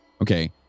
Okay